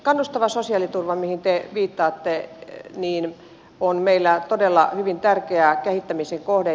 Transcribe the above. kannustava sosiaaliturva mihin te viittaatte on meillä todella hyvin tärkeä kehittämisen kohde